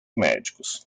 médicos